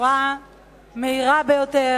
בצורה מהירה ביותר,